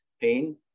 pain